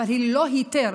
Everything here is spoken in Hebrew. אבל היא ללא היתר,